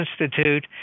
Institute